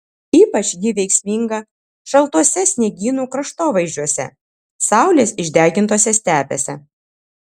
ypač ji veiksminga šaltuose sniegynų kraštovaizdžiuose saulės išdegintose stepėse